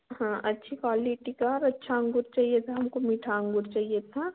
हाँ अच्छी क्वालिटी का और अच्छा अंगूर चाहिए था हमको मीठा अंगूर चाहिए था